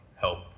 help